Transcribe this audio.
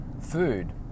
food